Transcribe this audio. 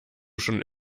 schon